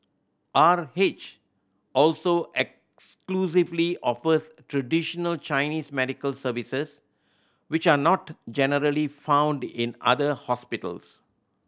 R H also exclusively offers traditional Chinese medical services which are not generally found in other hospitals